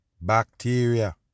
Bacteria